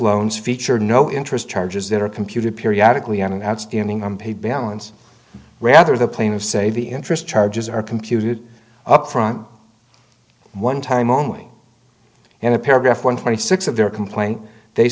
loans feature no interest charges that are computed periodically on an outstanding unpaid balance rather the plain of say the interest charges are computed up front one time only and a paragraph one twenty six of their complaint they